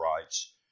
Rights